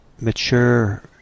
mature